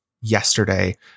yesterday